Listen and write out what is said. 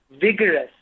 vigorous